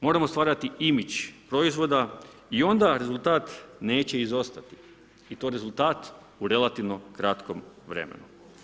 Moramo stvarati imidž proizvoda i onda rezultat neće izostati i to rezultat u relativno kratkom vremenu.